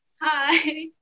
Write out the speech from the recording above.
Hi